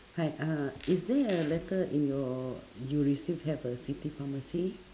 hi uh is there a letter in your you receive a city pharmacy